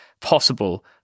possible